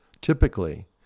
typically